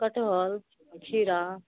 कठहल खीरा